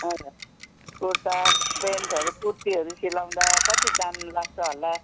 हजुर कुर्ता प्यान्टहरू कुर्तीहरू सिलाउँदा कति दाम लाग्छ होला